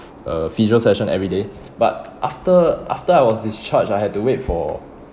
a physio session every day but after after I was discharged I had to wait for